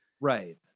Right